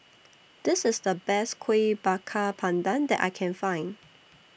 This IS The Best Kueh Bakar Pandan that I Can Find